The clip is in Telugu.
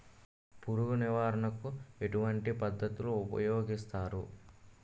పురుగు నివారణ కు ఎటువంటి పద్ధతులు ఊపయోగిస్తారు?